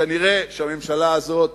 כנראה שהממשלה הזאת